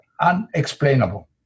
unexplainable